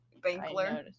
Bankler